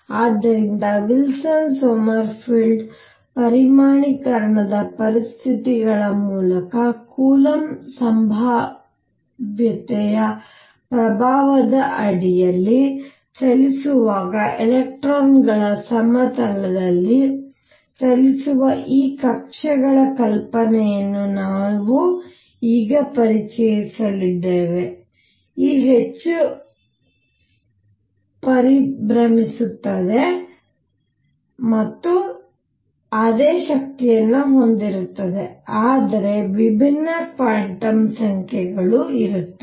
ಆದ್ದರಿಂದ Wilson Sommerfeld ಪರಿಮಾಣೀಕರಣದ ಪರಿಸ್ಥಿತಿಗಳ ಮೂಲಕ ಕೂಲಂಬ್ ಸಂಭಾವ್ಯತೆಯ ಪ್ರಭಾವದ ಅಡಿಯಲ್ಲಿ ಚಲಿಸುವಾಗ ಎಲೆಕ್ಟ್ರಾನ್ಗಳ ಸಮತಲದಲ್ಲಿ ಚಲಿಸುವ ಈ ಕಕ್ಷೆಗಳ ಕಲ್ಪನೆಯನ್ನು ನಾವು ಈಗ ಪರಿಚಯಿಸಿದ್ದೇವೆ ಈಗ ಹೆಚ್ಚು ಪರಿಭ್ರಮಿಸುತ್ತದೆ ಮತ್ತು ಅದೇ ಶಕ್ತಿಯನ್ನು ಹೊಂದಿರುತ್ತದೆ ಆದರೆ ವಿಭಿನ್ನ ಕ್ವಾಂಟಮ್ ಸಂಖ್ಯೆಗಳು ಇರುತ್ತವೆ